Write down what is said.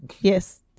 Yes